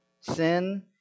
Sin